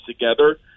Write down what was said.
together